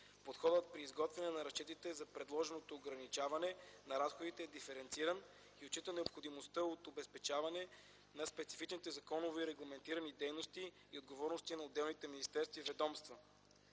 Подходът при изготвяне на разчетите за предложеното ограничаване на разходите е диференциран и отчита необходимостта от обезпечаване на специфичните законови регламентирани дейности и отговорности на отделните министерства и ведомства.